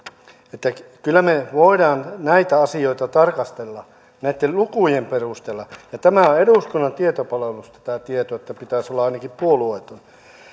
kyllä me voimme näitä asioita tarkastella näitten lukujen perusteella ja tämä tieto on eduskunnan tietopalvelusta niin että pitäisi olla ainakin puolueeton